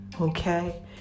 okay